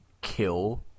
kill